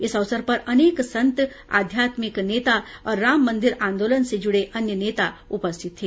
इस अवसर पर अनेक संत आध्यात्मिक नेता और राम मन्दिर आन्दोलन से जुडे अन्य नेता उपस्थित थे